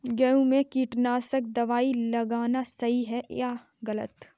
गेहूँ में कीटनाशक दबाई लगाना सही है या गलत?